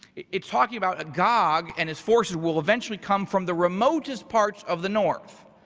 it's talking about a gog and his forces will eventually come from the remotest parts of the north.